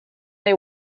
they